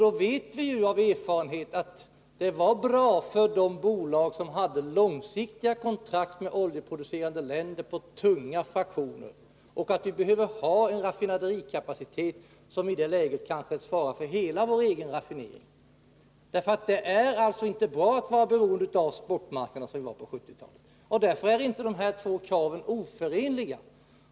Vi vet ju vidare av erfarenhet att det var bra för de bolag som hade långsiktiga kontrakt med oljeproducerande länder om tunga fraktioner och att vi behöver ha en raffinaderikapacitet som i ett sådant läge kanske svarar för hela vår raffinering. Det är inte bra att vara beroende av spotmarknaden, som vi var på 1970-talet. Därför är inte de här två kraven oförenliga.